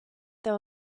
there